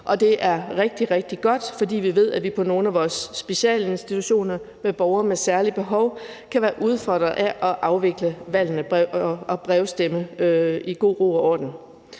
rigtig, rigtig godt, for vi ved, at vi på nogle af vores specialinstitutioner med borgere med særlige behov kan være udfordret af at afvikle valgene og brevstemme i god ro og orden.